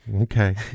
okay